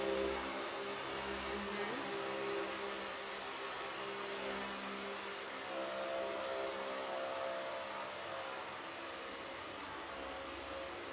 mmhmm